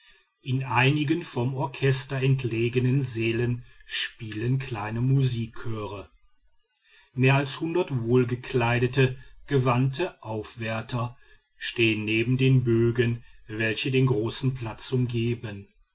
in einigen vom orchester entlegenen sälen spielen kleine musikchöre mehr als hundert wohlgekleidete gewandte aufwärter stehen neben den bogen welche den großen platz umgeben